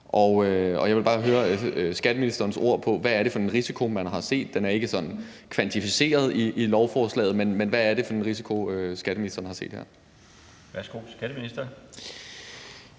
og jeg vil gerne høre skatteministeren sætte ord på, hvad det er for en risiko, man har set. Den er ikke sådan kvantificeret i lovforslaget, men hvad er det for en risiko, skatteministeren har set her? Kl. 17:40 Den fg.